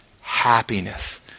happiness